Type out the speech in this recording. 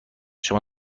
شما